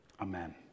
Amen